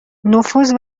نفوذ